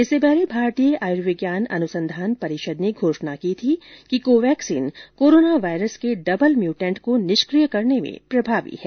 इससे पहले भारतीय आयुर्विज्ञान अनुसंधान परिषद ने घोषणा की थी कि को वैक्सीन कोरोना वायरस के डबल म्यूटेंट को निष्किय करने में प्रभावी है